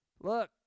Look